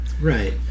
right